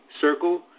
circle